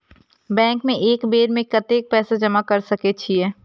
Bank में एक बेर में कतेक पैसा जमा कर सके छीये?